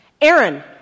Aaron